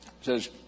says